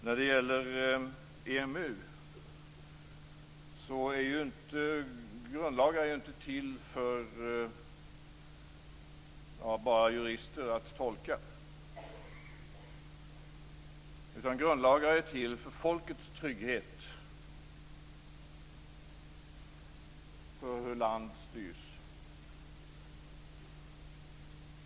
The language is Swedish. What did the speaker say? När det gäller EMU är inte grundlagar bara till för jurister att tolka, utan grundlagar är till för folkets trygghet, för hur ett land styrs.